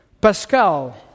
Pascal